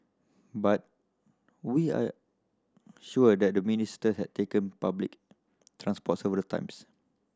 but we are sure that the Minister had taken public transport several times